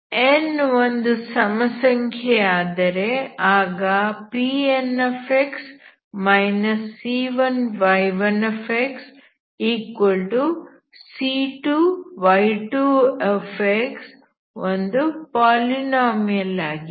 n ಒಂದು ಸಮಸಂಖ್ಯೆಯಾಗಿದ್ದರೆ ಆಗ Pnx C1y1xC2y2x ಪಾಲಿನೋಮಿಯಲ್ ಆಗಿದೆ